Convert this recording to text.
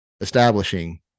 establishing